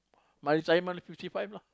my retirement fifty five lah